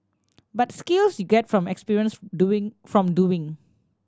but skills you get from experience doing from doing